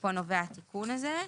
מפה נובע התיקון הזה.